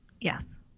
yes